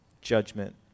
judgment